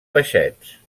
peixets